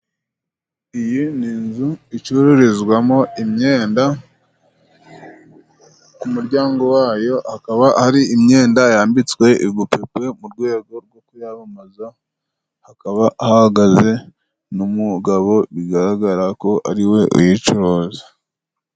Iyi ni inzu icururizwamo imyenda. Ku muryango wayo hakaba hari imyenda yambitswe ibipupe mu rwego rwo kuyamamaza. Hakaba hahagaze n'umugabo bigaragara ko ariwe uyicuruza.